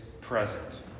present